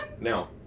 No